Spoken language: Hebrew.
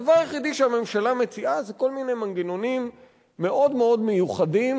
הדבר היחידי שהממשלה מציעה זה כל מיני מנגנונים מאוד מאוד מיוחדים